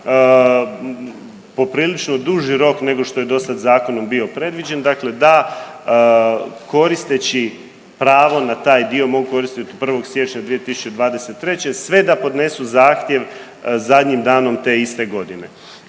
poprilično duži rok nešto što je dosad zakonom bio predviđen, dakle da koristeći pravo na taj dio mogu koristiti od 1. siječnja 2023. sve da podnesu zahtjev zadnjim danom te iste godine.